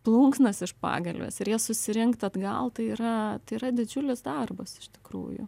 plunksnas iš pagalvės ir jas susirinkt atgal tai yra tai yra didžiulis darbas iš tikrųjų